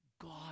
God